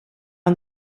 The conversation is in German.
und